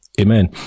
Amen